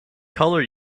colour